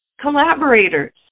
collaborators